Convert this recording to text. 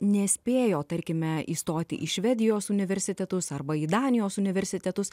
nespėjo tarkime įstoti į švedijos universitetus arba į danijos universitetus